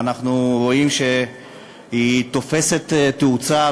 ואנחנו רואים שהיא תופסת תאוצה,